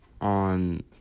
on